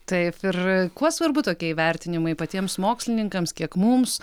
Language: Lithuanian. taip ir kuo svarbu tokie įvertinimai patiems mokslininkams kiek mums